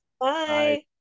Bye